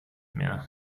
mehr